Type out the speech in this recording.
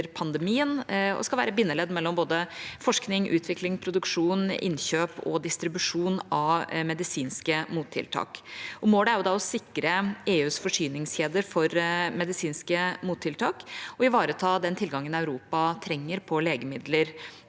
og skal være et bindeledd mellom både forskning, utvikling, produksjon, innkjøp og distribusjon av medisinske mottiltak. Målet er å sikre EUs forsyningskjeder for medisinske mottiltak og ivareta den tilgangen på legemidler